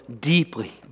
deeply